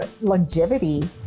longevity